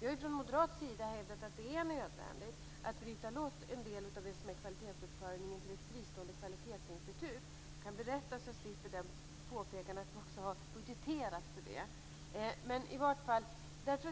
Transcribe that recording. Vi har från moderat sida hävdat att det är nödvändigt att bryta loss en del av det som är kvalitetsuppföljningen till ett fristående kvalitetsinstitut. Jag kan berätta - så att jag slipper påpekandet - att vi har budgeterat för detta.